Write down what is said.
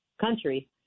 country